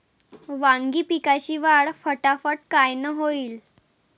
वांगी पिकाची वाढ फटाफट कायनं होईल?